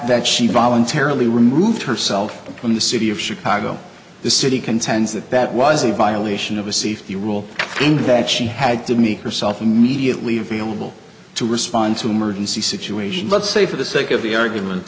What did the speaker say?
that she voluntarily remove herself from the city of chicago the city contends that that was a violation of a safety rule and that she had to meet herself immediately available to respond to emergency situations let's say for the sake of the argument